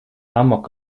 amok